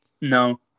No